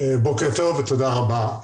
טוב ותודה רבה.